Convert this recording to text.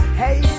hey